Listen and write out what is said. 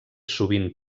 sovint